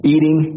Eating